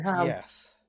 yes